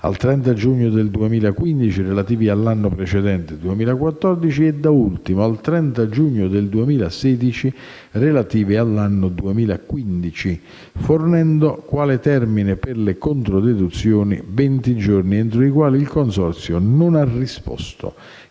al 30 giugno dell'anno 2015 (relativi all'anno 2014) e, da ultimo, al 30 giugno 2016 (relativi all'anno 2015), fornendo quale termine per le controdeduzioni venti giorni, entro i quali il Consorzio non ha risposto,